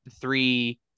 three